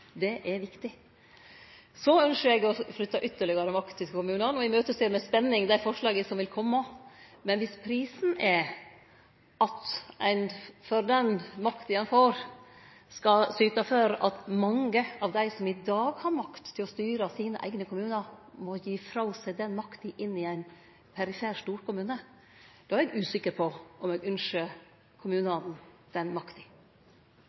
Det er viktig. Eg ynskjer å flytte ytterlegare makt ut til kommunane og ser med spenning fram til dei forslaga som vil kome. Men dersom prisen er at ein for den makta ein får, skal syte for at mange av dei som i dag har makt til å styre sine eigne kommunar, må gi frå seg den makta til ein perifer storkommune, er eg usikker på om eg ynskjer kommunane den makta.